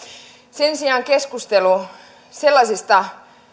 sen sijaan keskustelu sellaisista